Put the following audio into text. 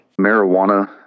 Marijuana